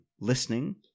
listening